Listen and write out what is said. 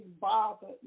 bothered